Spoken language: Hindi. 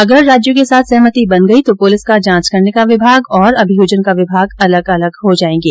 अगर राज्यों के साथ सहमति बन गयी तो पुलिस का जांच करने का विभाग और अभियोजन का विभाग अलग अलग हो जाऐंगे